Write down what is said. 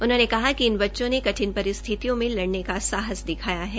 उन्होंने कहा कि इन बच्चों ने कठिन परिस्थितियों में लड़ने का साहस दिखाया है